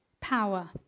power